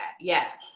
Yes